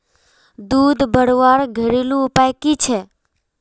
दूध बढ़वार घरेलू उपाय की छे?